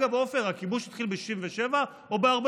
אגב, עופר, הכיבוש התחיל ב-67' או ב-48'?